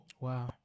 wow